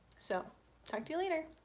so talk to you later!